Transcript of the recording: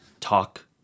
talk